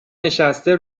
نشسته